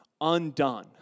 undone